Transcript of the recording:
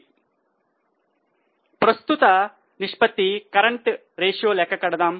మనం ప్రస్తుత నిష్పత్తి లెక్క కడదాం